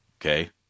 okay